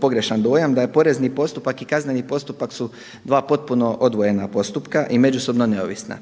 pogrešan dojam da je porezni postupak i kazneni postupak su dva potpuno odvojena postupka i međusobno neovisna.